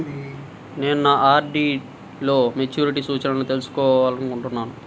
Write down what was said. నేను నా ఆర్.డీ లో మెచ్యూరిటీ సూచనలను తెలుసుకోవాలనుకుంటున్నాను